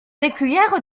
écuyères